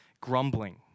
grumbling